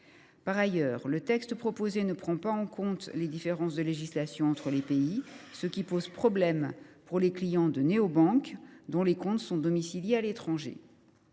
Par ailleurs, le texte proposé ne prend pas en compte les différences de législation entre pays, ce qui soulève des difficultés pour les clients de néobanques dont les comptes sont domiciliés à l’étranger.